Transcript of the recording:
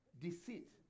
Deceit